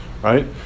right